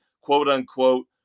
quote-unquote